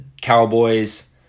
Cowboys